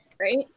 right